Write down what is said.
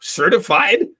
certified